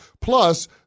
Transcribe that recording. Plus